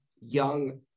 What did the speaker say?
young